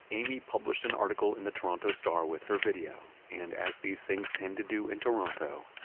amy published an article in the toronto star with her video and, as these things tend to do in toronto,